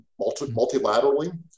multilaterally